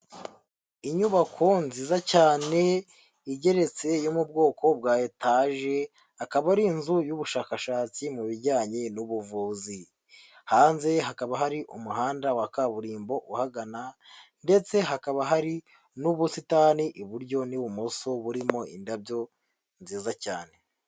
Inyubako nziza cyane igeretse yo mu bwoko bwa etaje, akaba ari inzu y'ubushakashatsi mu bijyanye n'ubuvuzi. Hanze hakaba hari umuhanda wa kaburimbo uhagana ndetse hakaba hari n'ubusitani iburyo n'ibumoso burimo indabyo nziza cyane.